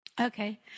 Okay